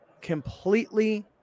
completely